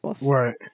Right